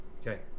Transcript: Okay